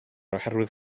oherwydd